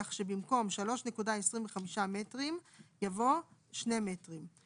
כך שבמקום "3.25 מטרים" יבוא "2 מטרים";